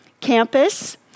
campus